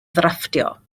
drafftio